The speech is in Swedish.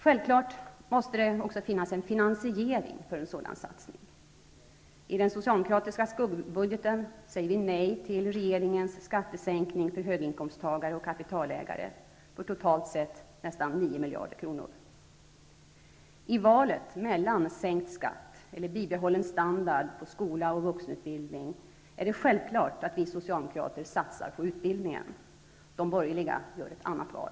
Självfallet måste det också finnas en finansiering för en sådan satsning. I den socialdemokratiska skuggbudgeten säger vi nej till regeringens skattesänkning för höginkomsttagare och kapitalägare med totalt sett nästan 9 miljarder kronor. I valet mellan sänkt skatt och bibehållen standard på skola och vuxenutbildning är det självklart att vi socialdemokrater satsar på utbildningen. De borgerliga gör ett annat val.